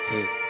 Hey